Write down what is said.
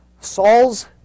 Saul's